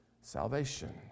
salvation